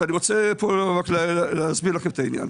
אני רוצה להסביר לכם את העניין.